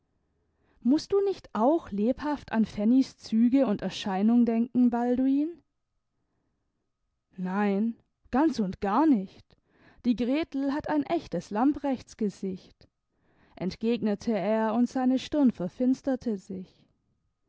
mußt du nicht auch lebhaft an fannys züge und erscheinung denken balduin nein ganz und gar nicht die gretel hat ein echtes lamprechtsgesicht entgegnete er und seine stirn verfinsterte sich